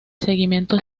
seguimiento